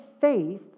faith